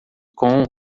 com